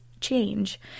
change